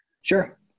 Sure